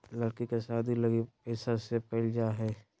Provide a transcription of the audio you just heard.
लड़की के शादी लगी पैसा सेव क़इल जा हइ